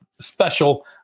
special